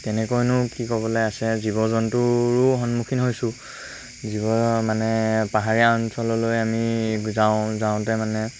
তেনেকৈনো কি ক'বলৈ আছে জীৱ জন্তুৰো সন্মুখীন হৈছোঁ জীৱ মানে পাহাৰীয়া অঞ্চললৈ আমি যাওঁ যাওঁতে মানে